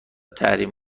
تحریم